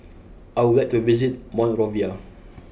I would like to visit Monrovia